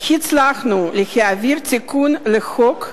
הצלחנו להעביר תיקון לחוק,